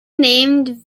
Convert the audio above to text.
named